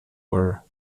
were